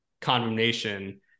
condemnation